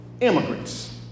immigrants